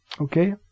Okay